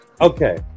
Okay